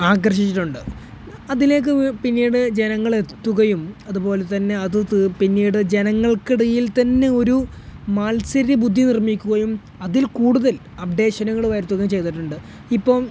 ആകർഷിച്ചിട്ടുണ്ട് അതിലേക്ക് പിന്നീട് ജനങ്ങളെത്തുകയും അതുപോലെത്തന്നെ അത് ഇത് പിന്നീട് ജനങ്ങൾക്കിടയിൽത്തന്നെ ഒരു മത്സരബുദ്ധി നിർമ്മിക്കുകയും അതിൽക്കൂടുതൽ അപ്ഡേഷനുകൾ വരുത്തുകയും ചെയ്തിട്ടുണ്ട് ഇപ്പം